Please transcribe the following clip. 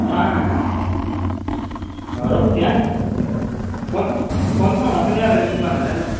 ହଁ ହଁ ହଁ ହଉ ରଖୁଛି କନଫର୍ମ ସନ୍ଧ୍ୟାବେଳେ ମିଶିବା ନହେଲେ ହେଲା